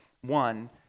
One